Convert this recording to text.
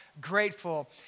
grateful